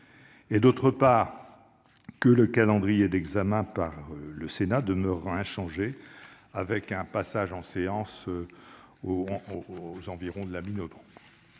et, d'autre part, que le calendrier d'examen par le Sénat demeurera inchangé, avec un passage en séance aux environs de la mi-novembre